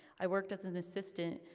i worked as an assistant,